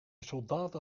soldaten